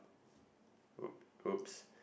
!oop! !oops!